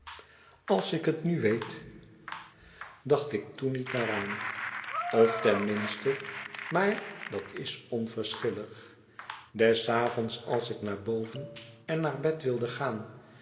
als ik het nu weet dacht ik toen niet daaraan of ten minste maar dat is onverschillig des avonds als ik naar boven en naar bed wilde gaan